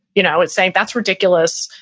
you know it's saying that's ridiculous,